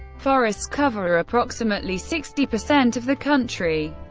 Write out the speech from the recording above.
forests cover approximately sixty percent of the country.